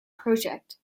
project